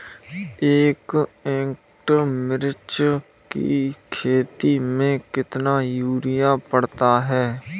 एक एकड़ मिर्च की खेती में कितना यूरिया पड़ता है?